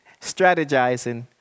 strategizing